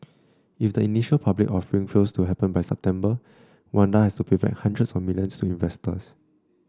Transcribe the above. if the initial public offering fails to happen by September Wanda has to pay back hundreds of millions to investors